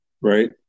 right